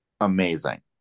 amazing